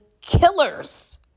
killers